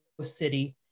city